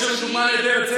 יש לנו דוגמה נהדרת.